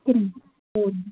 சரிங்க போதும்